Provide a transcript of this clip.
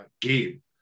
game